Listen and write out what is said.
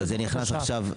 אבל זה נכנס עכשיו.